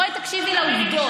בואי תקשיבי לעובדות.